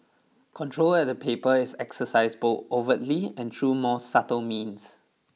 control at the paper is exercised both overtly and through more subtle means